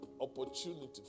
opportunity